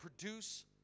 produce